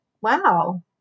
wow